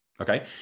okay